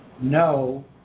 no